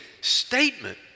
statement